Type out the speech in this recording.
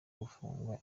gufungwa